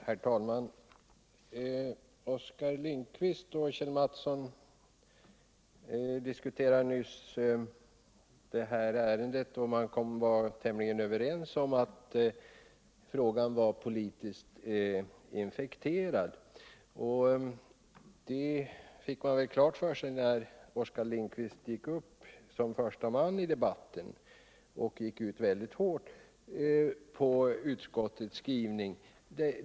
Herr talman! Oskar Lindkvist och Kjell Mattsson diskuterade nyss detta ärende, och de kom överens om att frågan var politiskt infekterad. Deua fick man klart för sig när Oskar Lindkvist gick upp som första man i debatten och därtill gick mycket hårt emot utskottets skrivning.